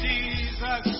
Jesus